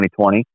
2020